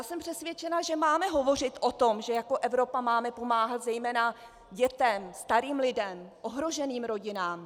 Jsem přesvědčena, že máme hovořit o tom, že jako Evropa máme pomáhat zejména dětem, starým lidem, ohroženým rodinám.